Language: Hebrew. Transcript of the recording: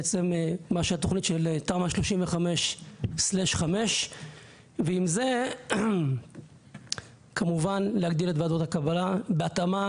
בעצם התוכנית תמ"א 35/5. ועם זה כמובן להגדיל את ועדות הקבלה בהתאמה